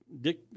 dick